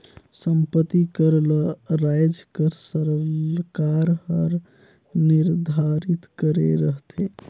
संपत्ति कर ल राएज कर सरकार हर निरधारित करे रहथे